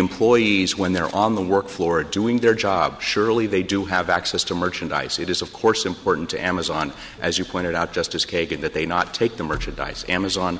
employees when they're on the work floor doing their job surely they do have access to merchandise it is of course important to amazon as you pointed out justice kagan that they not take the merchandise amazon